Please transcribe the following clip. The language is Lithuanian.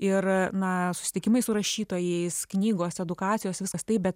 ir na susitikimai su rašytojais knygos edukacijos viskas taip bet